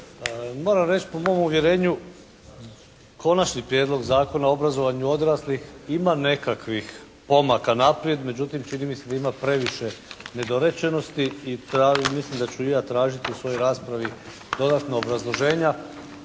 Moram reći po mom uvjerenju Konačni prijedlog zakona o obrazovanju odraslih ima nekakvih pomaka naprijed međutim čini mi se da ima previše nedorečenosti i mislim da ću i ja tražiti u svojoj raspravi dodatna obrazloženja.